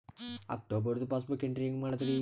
ಅಕ್ಟೋಬರ್ದು passbook entry ಹೆಂಗ್ ಮಾಡದ್ರಿ?